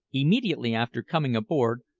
immediately after coming aboard,